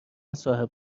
صاحب